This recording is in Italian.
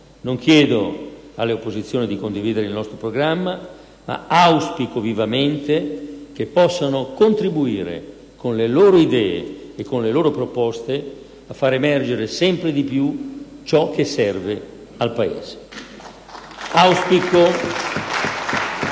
Non chiedo alle opposizioni di condividere il nostro programma, ma auspico vivamente che possano contribuire con le loro idee e con le loro proposte a fare emergere sempre di più ciò che serve al Paese. *(Applausi